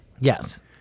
Yes